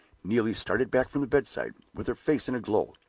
neelie started back from the bedside, with her face in a glow.